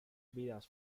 vidas